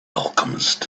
alchemist